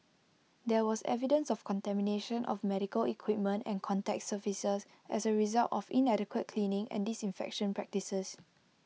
there was evidence of contamination of medical equipment and contact surfaces as A result of inadequate cleaning and disinfection practices